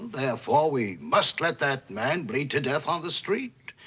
therefore, we must let that man bleed to death on the street.